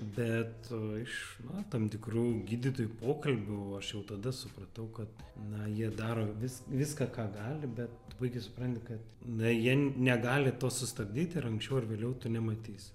bet iš na tam tikrų gydytojų pokalbių aš jau tada supratau kad na jie daro vis viską ką gali bet tu puikiai supranti kad na jie negali to sustabdyt ir anksčiau ar vėliau tu nematysi